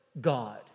God